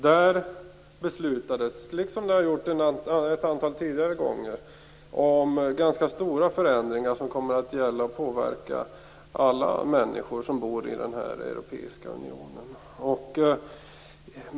Där beslutades, liksom det har gjorts ett antal gånger tidigare, om ganska stora förändringar, som kommer att gälla och påverka alla människor som bor i den här europeiska unionen.